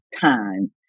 time